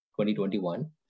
2021